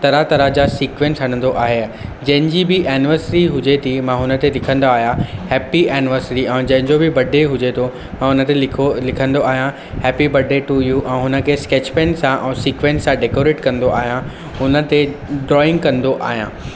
तरह तरह जा सीक्वेंस हणंदो आहियां जंहिंजी बि एनिवर्सरी हुजे थी मां हुन ते लिखंदो आहियां हैप्पी एनिवर्सरी ऐं जंहिंजो बि बडे हुजे थो त हुन ते लिखो लिखंदो आहियां हैप्पी बडे टू यू ऐं हुनखे स्केच पेन सां ऐं सीक्वेस सां डेकोरेट कंदो आहियां हुन ते ड्राइंग कंदो आहियां